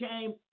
came